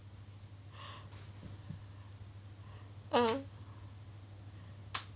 mm